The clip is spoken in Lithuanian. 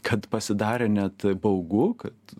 kad pasidarė net baugu kad